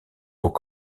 aux